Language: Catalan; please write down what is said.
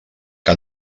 que